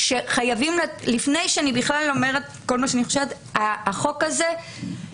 לפני שאני בכלל אומרת את כל מה שאני חושבת אני חושבת שהחוק הזה הוא